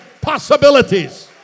possibilities